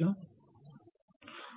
కాబట్టి